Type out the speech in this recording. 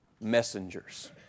messengers